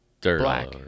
black